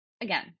Again